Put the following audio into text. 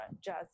jazz